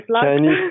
Chinese